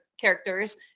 characters